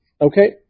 Okay